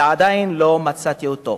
ועדיין לא מצאתי אותו.